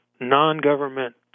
non-government